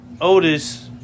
Otis